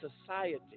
society